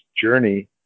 journey